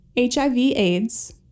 HIV-AIDS